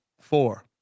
Four